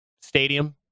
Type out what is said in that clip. stadium